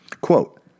Quote